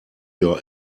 your